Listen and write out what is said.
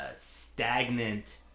stagnant